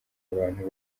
abantu